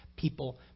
People